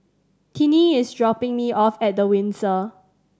Tinnie is dropping me off at The Windsor